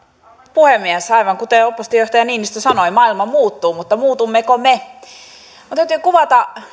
puhemies aivan kuten oppositiojohtaja niinistö sanoi maailma muuttuu mutta muutummeko me minun täytyy kuvata